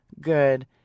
good